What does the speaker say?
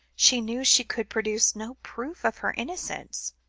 she knew she could produce no proof of her innocence.